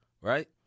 right